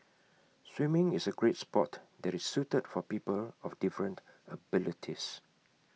swimming is A great Sport that is suited for people of different abilities